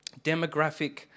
demographic